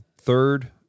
third